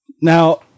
Now